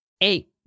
Eight